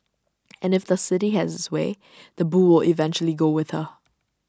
and if the city has its way the bull eventually go with her